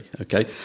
okay